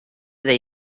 they